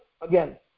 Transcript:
again